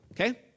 Okay